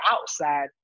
outside